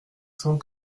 cent